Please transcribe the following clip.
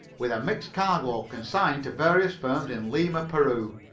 with a mixed cargo consigned to various firms in lima, peru.